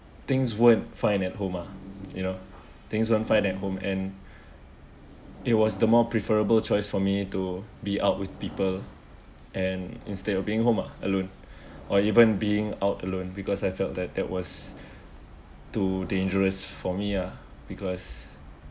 things won't find at home uh you know things won't find at home and it was the more preferable choice for me to be out with people and instead of being home uh alone or even being out alone because I felt that that was too dangerous for me ah because